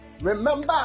remember